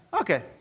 Okay